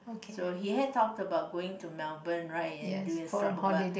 so he had talked about going to Melbourne right and doing a stop over